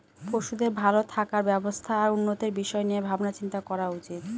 পশুদের ভালো থাকার ব্যবস্থা আর উন্নতির বিষয় নিয়ে ভাবনা চিন্তা করা উচিত